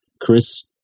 Chris